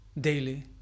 Daily